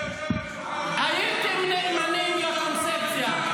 --- יושב לשולחן הממשלה --- הייתם נאמנים לקונספציה,